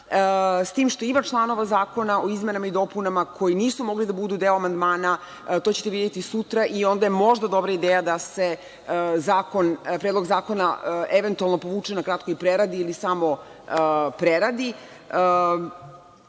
S tim što ima članova zakona o izmenama i dopunama koji nisu mogli da budu deo amandmana, to ćete videti sutra, i onda je možda dobra ideja da se Predlog zakona eventualno povuče na kratko i preradi ili samo preradi. Ono